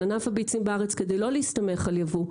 על ענף הביצים בארץ כדי לא להסתמך על יבוא,